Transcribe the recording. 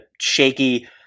shaky